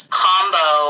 combo